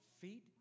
feet